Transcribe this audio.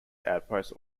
outposts